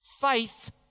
Faith